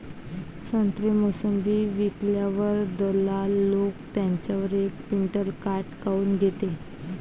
संत्रे, मोसंबी विकल्यावर दलाल लोकं त्याच्यावर एक क्विंटल काट काऊन घेते?